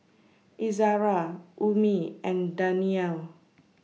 Izara Ummi and Danial